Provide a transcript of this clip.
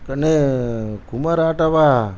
கண்ணு குமார் ஆட்டோவா